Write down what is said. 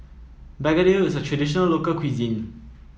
begedil is a traditional local cuisine